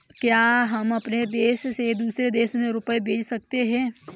क्या हम अपने देश से दूसरे देश में रुपये भेज सकते हैं?